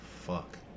fuck